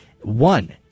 One